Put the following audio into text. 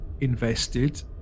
invested